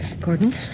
Gordon